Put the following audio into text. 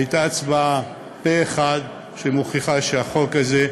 הייתה הצבעה פה-אחד שמוכיחה שהחוק הזה,